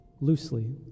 loosely